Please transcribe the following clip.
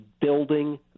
building